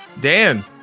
Dan